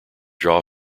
jaw